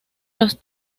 los